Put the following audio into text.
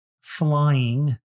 Flying